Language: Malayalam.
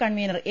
convener A